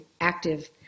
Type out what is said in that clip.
active